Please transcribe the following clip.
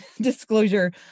disclosure